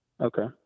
Okay